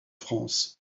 france